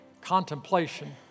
contemplation